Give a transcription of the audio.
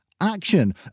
action